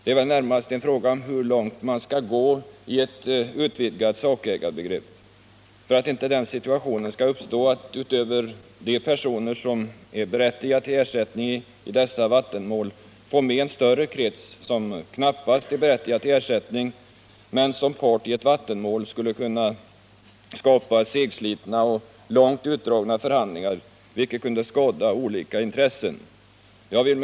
Det är väl närmast en fråga om hur långt man skall gå i ett utvidgat sakägarbegrepp för att inte den situationen skall uppstå att man utöver de personer som är berättigade till ersättning i dessa vattenmål får med en större krets, vilken knappast är berättigad till ersättning men vilken såsom part i vattenmål skulle kunna skapa segslitna och långt utdragna förhandlingar till skada för olika intressen. Herr talman!